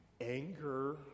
anger